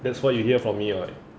that's what you hear from me [what]